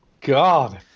God